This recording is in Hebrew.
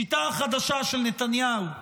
שיטה חדשה של נתניהו,